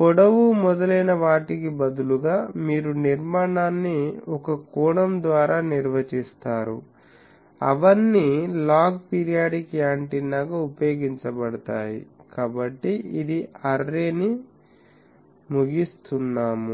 పొడవు మొదలైన వాటికి బదులుగా మీరు నిర్మాణాన్ని ఒక కోణం ద్వారా నిర్వచిస్తారు అవన్నీ లాగ్ పిరియాడిక్ యాంటెన్నాగా ఉపయోగించబడతాయి కాబట్టి ఇది అర్రే ని ముగిస్తున్నాము